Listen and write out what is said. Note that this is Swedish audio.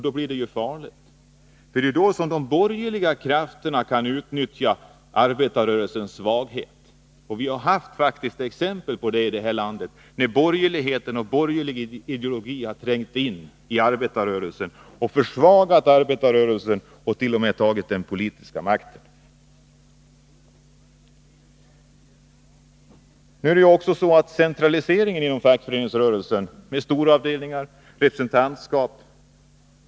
Då blir det farligt, för det är i den situationen som de borgerliga krafterna kan utnyttja arbetarrörelsens svaghet. Vi har faktiskt haft exempel på det i vårt land — jag avser det faktum att borgerligheten och borgerlig ideologi trängt in i arbetarrörelsen och försvagat denna och t.o.m. tagit den politiska makten. Nu är det ju också så att centraliseringen inom fackföreningsrörelsen med storavdelningar, representantskap etc.